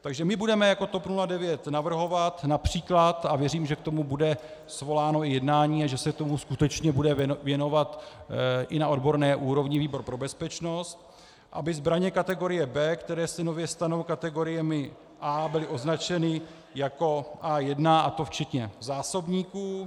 Takže my budeme jako TOP 09 navrhovat například, a věřím, že k tomu bude svoláno jednání a že se tomu skutečně bude věnovat i na odborné úrovni výbor pro bezpečnost, aby zbraně kategorie B, které se nově stanou kategoriemi A, byly označeny jako A1, a to včetně zásobníků.